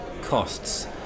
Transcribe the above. costs